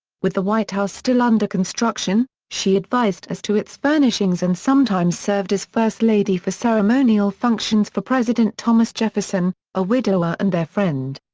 with the white house still under construction, she advised as to its furnishings and sometimes served as first lady for ceremonial functions for president thomas jefferson, a widower and their friend.